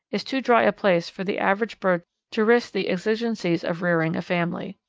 is too dry a place for the average bird to risk the exigencies of rearing a family.